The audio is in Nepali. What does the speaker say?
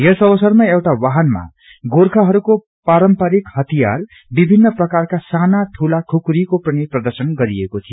यस अवसरमा एउटा वाहनमा गोख्यहरूको पारम्परिक हतियार विभ्जिनन प्रकारका साना ठूला खुकुरीको पनि प्रर्दशन गरिएको थियो